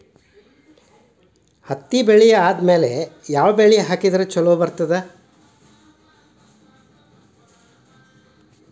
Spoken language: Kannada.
ಹತ್ತಿ ಬೆಳೆ ಆದ್ಮೇಲ ಯಾವ ಬೆಳಿ ಹಾಕಿದ್ರ ಛಲೋ ಬರುತ್ತದೆ?